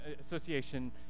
association